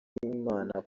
imana